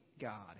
God